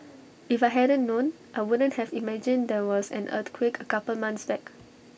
if I hadn't known I wouldn't have imagined there was an earthquake A couple months back